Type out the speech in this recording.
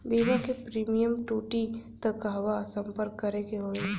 बीमा क प्रीमियम टूटी त कहवा सम्पर्क करें के होई?